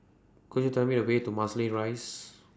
Could YOU Tell Me The Way to Marsiling Rise